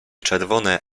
czerwone